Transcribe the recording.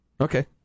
Okay